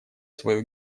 свою